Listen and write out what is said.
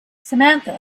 samantha